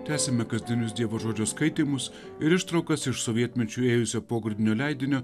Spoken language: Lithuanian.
tęsime kasdienius dievo žodžio skaitymus ir ištraukas iš sovietmečiu ėjusio pogrindinio leidinio